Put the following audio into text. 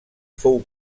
fou